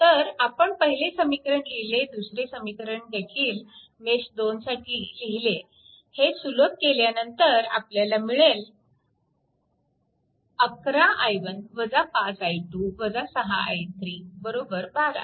तर आपण पहिले समीकरण लिहिले दुसरे समीकरणदेखील मेश 2 साठी लिहिले हे सुलभ केल्यानंतर आपल्याला मिळेल 11 i1 5i2 6 i3 12